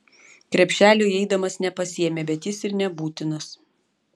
krepšelio įeidamas nepasiėmė bet jis ir nebūtinas